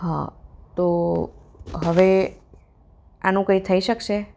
હં તો હવે આનું કાંઈ થઈ શકશે